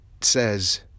says